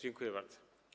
Dziękuję bardzo.